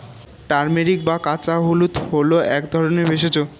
turmeric বা কাঁচা হলুদ হল এক ধরনের ভেষজ